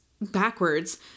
backwards